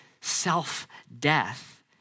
self-death